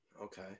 Okay